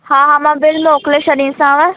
हा हा मां बिल मोकले छॾींदीमांव